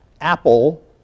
Apple